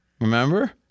Remember